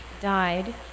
died